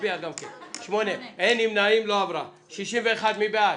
הצבעה בעד, 6 נגד,